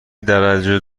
درجه